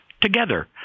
together